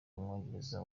umwongereza